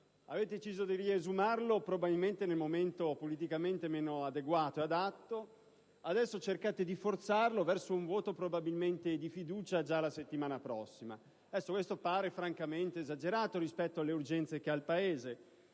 avete deciso di riesumarlo forse nel momento politicamente meno adeguato e adatto, adesso cercate di forzarlo, probabilmente verso un voto di fiducia già la settimana prossima. Questo pare francamente esagerato rispetto alle urgenze che ha il Paese.